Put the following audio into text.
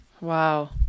Wow